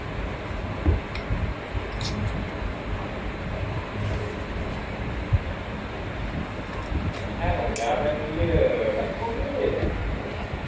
ᱦᱮᱸ ᱜᱚᱝᱠᱮ ᱟᱵᱮᱱ ᱤᱭᱟᱹ ᱰᱟᱠᱛᱟᱨ ᱜᱚᱝᱠᱮ ᱵᱮᱱ ᱞᱟᱹᱭᱮᱫᱼᱟ